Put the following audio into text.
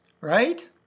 Right